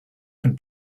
can